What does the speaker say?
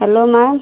hello ma'am